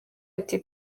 ati